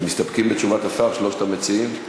מסתפקים בתשובת השר, שלושת המציעים?